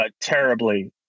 terribly